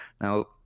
Now